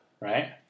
right